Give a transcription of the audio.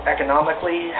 Economically